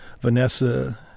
Vanessa